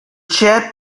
chaired